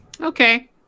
Okay